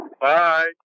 Bye